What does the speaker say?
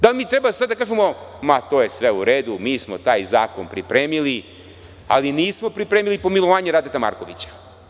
Da li mi treba sada da kažemo – ma to je sve u redu, mi smo taj zakon pripremili, ali nismo pripremili pomilovanje Radeta Markovića.